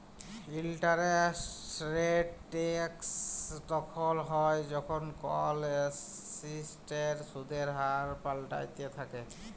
interest rate risk তখল হ্যয় যখল কল এসেটের সুদের হার পাল্টাইতে থ্যাকে